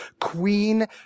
queen